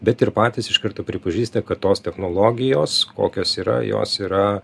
bet ir patys iš karto pripažįsta kad tos technologijos kokios yra jos yra